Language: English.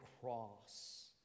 cross